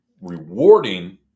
rewarding